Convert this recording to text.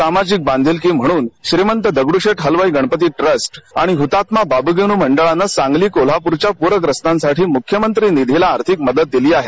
सामाजिक बांधिलकी म्हणून श्रीमंत दगडू हलवाई गणपती ट्रस्ट आणि हुतात्मा बाबू गेनू मंडळानं सांगली कोल्हापूरच्या पूरग्रस्तांसाठी मुख्यमंत्री निधीला आर्थिक मदत दिली आहे